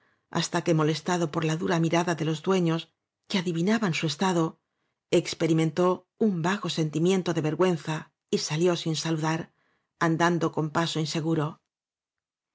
hasta que molestado por la dura mirada de los dueños que adivinaban su estado experimentó un vago sentimiento de vergüenza y salió sin saludar andando con paso inseguro